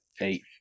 eight